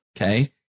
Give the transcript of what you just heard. okay